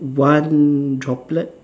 one droplet